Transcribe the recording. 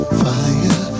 fire